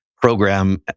program